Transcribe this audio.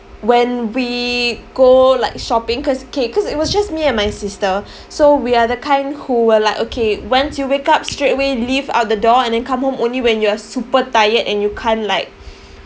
when we go like shopping cause K cause it was just me and my sister so we are the kind who will like okay once you wake up straightaway leave out the door and then come home only when you are super tired and you can't like